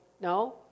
No